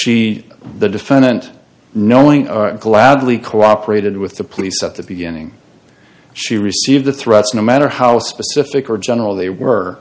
she the defendant knowing gladly cooperated with the police at the beginning she received the threats no matter how specific or general they were